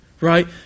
right